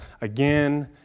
again